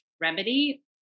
remedy